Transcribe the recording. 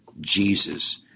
Jesus